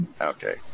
Okay